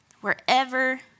wherever